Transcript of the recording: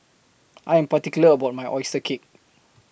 I Am particular about My Oyster Cake